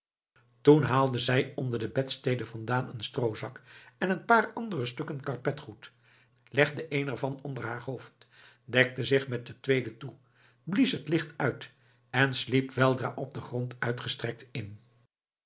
toen haalde zij onder de bedstede vandaan een stroozak en een paar andere stukken karpetgoed legde een er van onder haar hoofd dekte zich met het tweede toe blies het licht uit en sliep weldra op den grond uitgestrekt in